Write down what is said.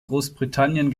großbritannien